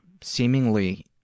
seemingly